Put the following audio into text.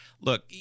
Look